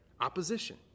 Opposition